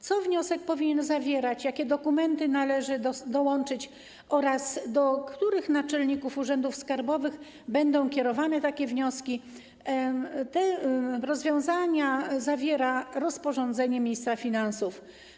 Co wniosek powinien zawierać, jakie dokumenty należy dołączyć oraz do których naczelników urzędów skarbowych będą kierowane takie wnioski - te rozwiązania zawiera rozporządzenie ministra finansów.